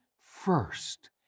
first